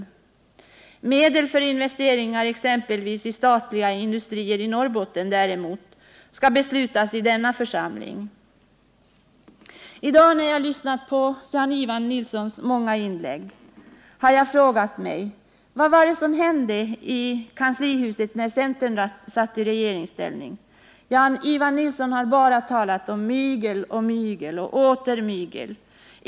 Beslut om medel för investeringar i exempelvis statliga industrier i Norrbotten skall däremot fattas i denna församling. När jag i dag lyssnat på Jan-Ivan Nilssons många inlägg har jag frågat mig: Vad var det som hände i kanslihuset när centern satt i regeringsställning? Jan-Ivan Nilsson har bara talat om mygel och mygel och åter mygel.